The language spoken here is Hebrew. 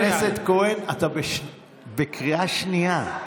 חבר הכנסת כהן, אתה בקריאה שנייה.